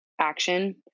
action